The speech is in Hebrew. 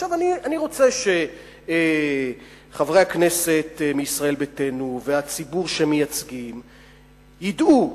אני רוצה שחברי הכנסת מישראל ביתנו והציבור שהם מייצגים ידעו,